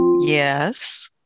Yes